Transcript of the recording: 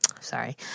Sorry